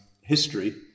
history